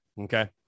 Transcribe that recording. Okay